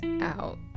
out